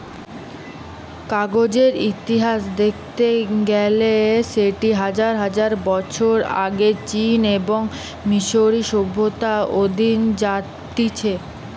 কাগজের ইতিহাস দেখতে গেইলে সেটি হাজার হাজার বছর আগে চীন এবং মিশরীয় সভ্যতা অব্দি জাতিছে